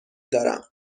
دارم